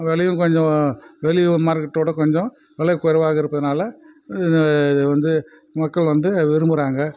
விலையும் கொஞ்சம் வெளியே மார்க்கெட்டோட கொஞ்சம் விலை குறைவாக இருப்பதுனால் இதை வந்து மக்கள் வந்து விரும்புகிறாங்க